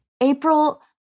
April